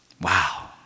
wow